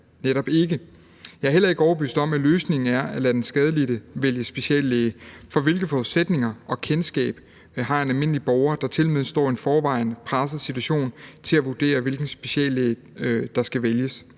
netop ikke. Jeg er heller ikke overbevist om, at løsningen er at lade den skadelidte vælge speciallæge, for hvilke forudsætninger og kendskab har en almindelig borger, der tilmed står i en i forvejen presset situation, for at vurdere, hvilken speciallæge der skal vælges?